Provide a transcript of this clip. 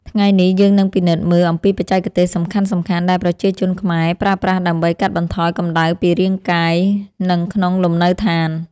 ថ្ងៃនេះយើងនឹងពិនិត្យមើលអំពីបច្ចេកទេសសំខាន់ៗដែលប្រជាជនខ្មែរប្រើប្រាស់ដើម្បីកាត់បន្ថយកម្តៅពីរាងកាយនិងក្នុងលំនៅឋាន។